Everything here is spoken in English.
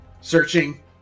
Searching